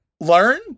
learn